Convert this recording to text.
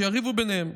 שיריבו ביניהם,